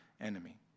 enemy